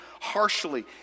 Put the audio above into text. harshly